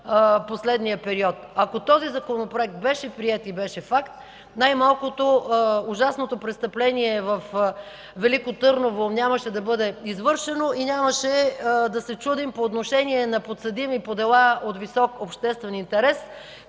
Ако този Законопроект беше приет и беше факт, най-малкото ужасното престъпление във Велико Търново нямаше да бъде извършено и нямаше да се чудим по отношение на подсъдими по дела от висок обществен интерес